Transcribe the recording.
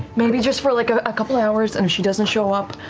maybe just for like ah a couple hours, and if she doesn't show up,